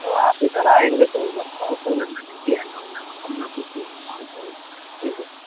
تو آپ ادھر آئیں گے تو ایک بار کال کر لینا جلدی آ جاؤں گا اگر پندرہ بیس منٹ میں پہونچ جاؤ تو ٹھیک ہے